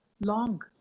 long